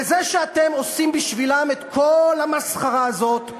וזה שאתם עושים בשבילם את כל המסחרה הזאת,